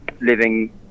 living